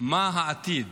מה העתיד.